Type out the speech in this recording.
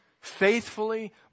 faithfully